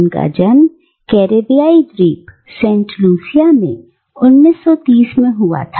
उनका जन्म कैरेबियाई द्वीप सेंट लूसिया में 1930 में हुआ था